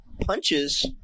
punches